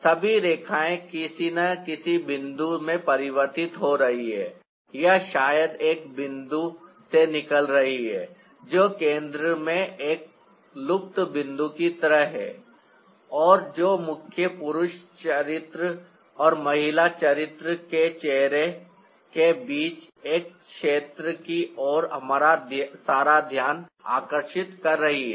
सभी रेखाएं किसी न किसी बिंदु में परिवर्तित हो रही हैं या शायद एक बिंदु से निकल रही हैं जो केंद्र में एक लुप्त बिंदु की तरह है और जो मुख्य पुरुष चरित्र और महिला चरित्र के चेहरे के बीच एक क्षेत्र की ओर हमारा सारा ध्यान आकर्षित कर रही है